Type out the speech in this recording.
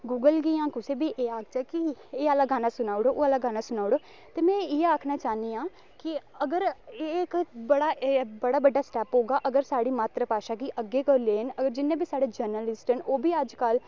Google गी जां कुसै गी बी एह् आखचै कि एह् आह्ला गाना सुनाई उड़ो ओह् आह्ला गाना सुनाई उड़ो ते मै इ'यै आखना चाह्न्नी आं के अगर एह् इक बड़ा बड़ा बड्डा स्टेप होगा अगर साढ़ी मात्तर भाशा गी अग्गें कोई लेन अगर जिन्ने बी साढ़े जर्नलिस्ट न ओह् बी अज्जकल